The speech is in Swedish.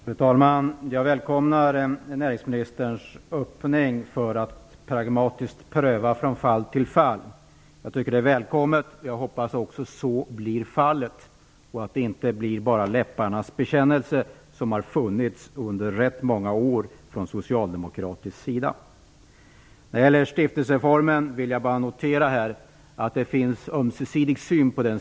Fru talman! Jag välkomnar näringsministerns öppning för att pragmatiskt pröva frågan om privatisering från fall till fall. Jag hoppas att så blir fallet, och att det inte bara är läpparnas bekännelse, som det har varit under rätt många år från socialdemokratisk sida. När det gäller stiftelseformen vill jag bara notera att vi har en ömsesidig syn.